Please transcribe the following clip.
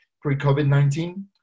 pre-COVID-19